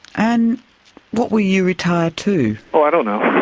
and what will you retire to? i don't know,